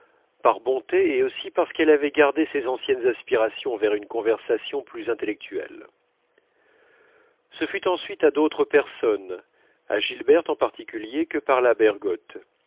par bonté et aussi parce qu'elle avait gardé ses anciennes aspirations vers une conversation plus intellectuelle ce fut ensuite à d'autres personnes à gilberte en particulier que parla bergotte